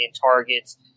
targets